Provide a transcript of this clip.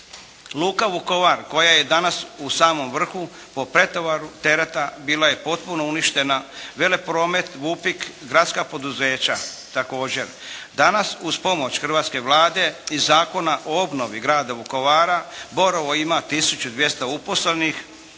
Luka “Vukovar“ koja je i danas u samom vrhu po pretovaru tereta bila je potpuno uništena. Velepromet “Vupik“, gradska poduzeća također. Danas uz pomoć hrvatske Vlade i Zakona o obnovi grada Vukovara “Borovo“ ima 1200 uposlenih,